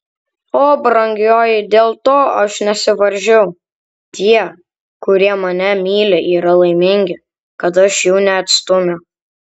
o brangioji dėl to aš nesivaržau tie kurie mane myli yra laimingi kad aš jų neatstumiu